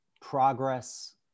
progress